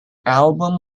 album